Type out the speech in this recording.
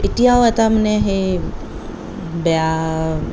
এতিয়াও এটা মানে সেই বেয়া